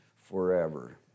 forever